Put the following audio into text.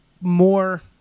more